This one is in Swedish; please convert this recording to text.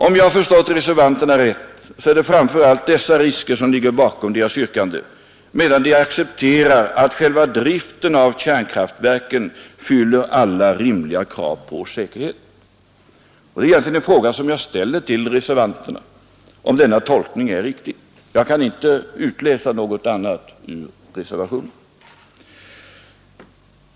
Om jag förstått reservanterna rätt är det framför allt dessa risker som ligger bakom deras yrkanden, medan de accepterar att själva driften av kärnkraftverken fyller alla rimliga krav på säkerhet. Jag vill fråga reservanterna om denna tolkning är riktig; jag kan inte utläsa någonting annat ur reservationen.